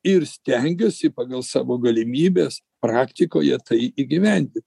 ir stengiuosi pagal savo galimybes praktikoje tai įgyvendin